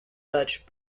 dutch